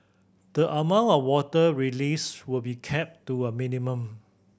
the amount of water released will be kept to a minimum